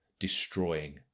destroying